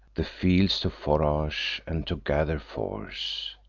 the fields to forage, and to gather force.